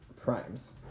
primes